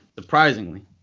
Surprisingly